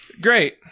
great